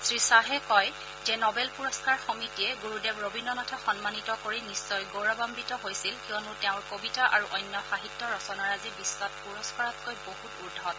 শ্ৰীশ্বাহে কয় যে নবেল পুৰস্কাৰ সমিতিয়ে গুৰুদেৱ ৰবীন্দ্ৰনাথক সন্মানিত কৰি নিশ্চয় গৌৰৱাঘিত হৈছিল কিয়নো তেওঁৰ কবিতা আৰু অন্য সাহিত্য ৰচনাৰাজি বিশ্বত পুৰস্কাৰতকৈ বহুত উৰ্ধত